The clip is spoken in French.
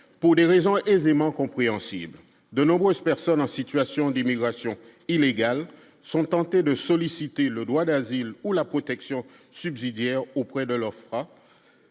pour des raisons aisément compréhensibles, de nombreuses personnes en situation d'immigration illégale sont tentés de solliciter le droit d'asile ou la protection subsidiaire auprès de l'Ofpra